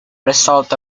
result